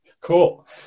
cool